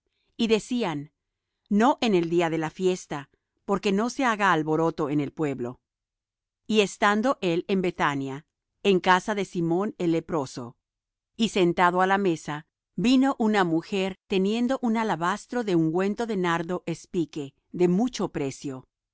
y decían no en el día de la fiesta porque no se haga alboroto del pueblo y estando él en bethania en casa de simón el leproso y sentado á la mesa vino una mujer teniendo un alabastro de ungüento de nardo espique de mucho precio